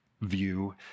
view